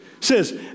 says